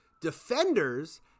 Defenders